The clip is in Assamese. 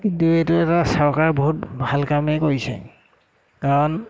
কিন্তু এইটো এটা চৰকাৰে বহুত ভাল কামেই কৰিছে কাৰণ